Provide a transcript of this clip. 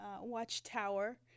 watchtower